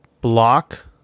block